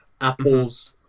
Apple's